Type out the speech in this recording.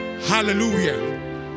Hallelujah